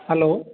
hello